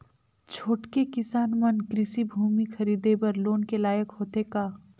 छोटके किसान मन कृषि भूमि खरीदे बर लोन के लायक होथे का?